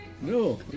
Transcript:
No